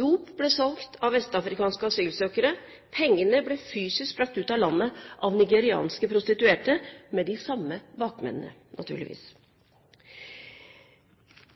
Dop ble solgt av vestafrikanske asylsøkere. Pengene ble fysisk brakt ut av landet av nigerianske prostituerte – med de samme bakmennene, naturligvis.